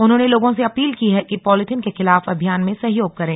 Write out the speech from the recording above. उन्होंने लोगों से अपील की है कि पालीथिन के खिलाफ अभियान में सहयोग करें